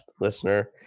Listener